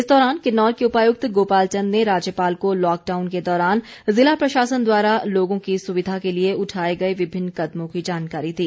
इस दौरान किन्नौर के उपायुक्त गोपाल चंद ने राज्यपाल को लॉकडाउन के दौरान जिला प्रशासन द्वारा लोगों की सुविधा के लिए उठाए गए विभिन्न कदमों की जानकारी दी